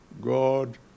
God